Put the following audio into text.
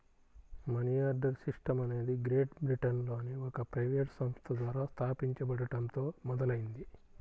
money order system అనేది great బ్రిటన్లోని ఒక ప్రైవేట్ సంస్థ ద్వారా స్థాపించబడటంతో మొదలైంది